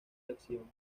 acción